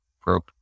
probe